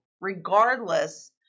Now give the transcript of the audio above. regardless